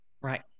Right